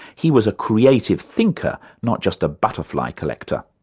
he was a creative thinker, not just a butterfly collector.